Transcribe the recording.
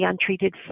untreated